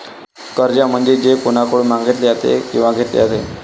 कर्ज म्हणजे जे कोणाकडून मागितले जाते किंवा घेतले जाते